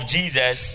Jesus